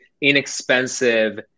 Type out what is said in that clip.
inexpensive